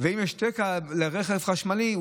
לרכב חשמלי.